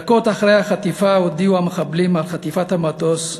דקות אחרי החטיפה הודיעו המחבלים על חטיפת המטוס,